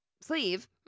sleeve